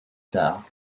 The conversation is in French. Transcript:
tard